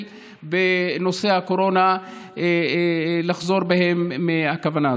בנושא הקורונה לחזור בהם מהכוונה הזאת.